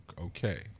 okay